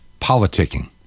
politicking